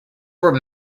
were